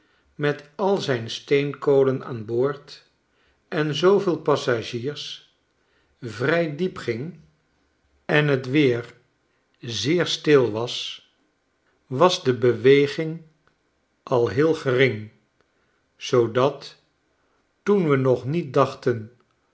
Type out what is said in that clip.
met al zijn steenkolen aan boord en zooveel passagiers vrij diep ging schetsen uit amerika en het weer zeer stil was was de beweging al heel gering zoodat toen we nog niet dachten